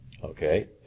Okay